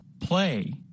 play